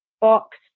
box